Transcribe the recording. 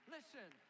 Listen